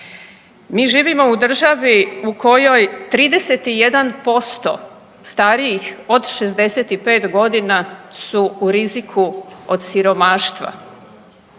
Mi živimo u državi u kojoj 31% starijih od 65 godina su u riziku od siromaštva.